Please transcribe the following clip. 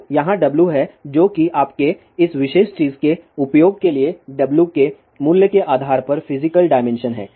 तो यहाँ W है जो कि आपके या इस विशेष चीज के उपयोग के लिए W के मूल्य के आधार पर फिजिकल डायमेंशन है